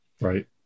right